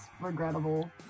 regrettable